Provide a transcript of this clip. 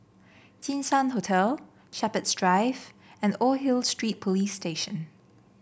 Jinshan Hotel Shepherds Drive and Old Hill Street Police Station